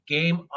Game